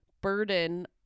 burden